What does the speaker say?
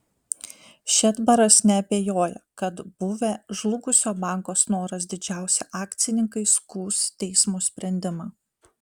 šedbaras neabejoja kad buvę žlugusio banko snoras didžiausi akcininkai skųs teismo sprendimą